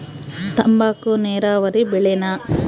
ತಂಬಾಕು ನೇರಾವರಿ ಬೆಳೆನಾ?